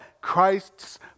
Christ's